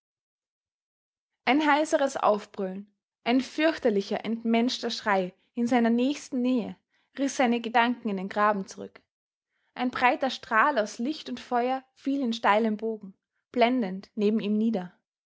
ein heiseres aufbrüllen ein fürchterlicher entmenschter schrei in seiner nächsten nähe riß seine gedanken in den graben zurück ein breiter strahl aus licht und feuer fiel in steilem bogen blendend neben ihm nieder